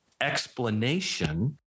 explanation